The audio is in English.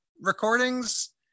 recordings